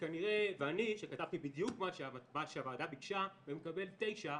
ואני שכתבתי בדיוק מה שהוועדה ביקשה ומקבל 9,